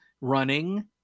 running